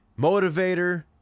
motivator